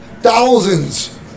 thousands